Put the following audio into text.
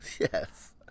Yes